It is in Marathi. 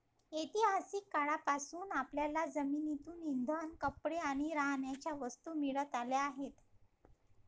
ऐतिहासिक काळापासून आपल्याला जमिनीतून इंधन, कपडे आणि राहण्याच्या वस्तू मिळत आल्या आहेत